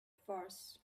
farce